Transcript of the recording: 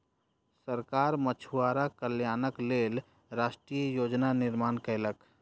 सरकार मछुआरा कल्याणक लेल राष्ट्रीय योजना निर्माण कयलक